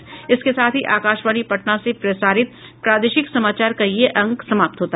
इसके साथ ही आकाशवाणी पटना से प्रसारित प्रादेशिक समाचार का ये अंक समाप्त हुआ